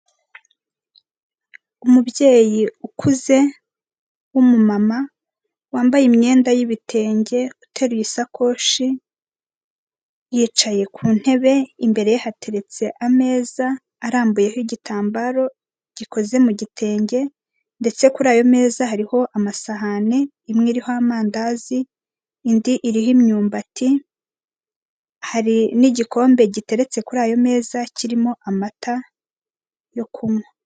Umubyeyi ukuze w'umu mama wambaye imyenda y'ibitenge, uteruye isakoshi yicaye ku ntebe imbere ye hateretse ameza arambuyeho igitambaro gikoze mu gitenge, ndetse kurayo meza hariho amasahani: imwe iriho amandazi, indi iriho imyumbati, hari n'igikombe giteretse kuri ayo meza kirimo amata yo kunywa.